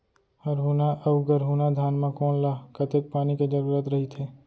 हरहुना अऊ गरहुना धान म कोन ला कतेक पानी के जरूरत रहिथे?